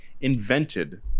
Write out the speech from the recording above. invented